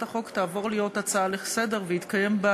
החוק תעבור להיות הצעה לסדר-היום ויתקיים בה